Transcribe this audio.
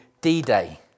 D-Day